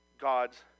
God's